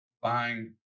buying